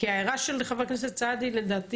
ההערה של חבר הכנסת סעדי נאמרה כי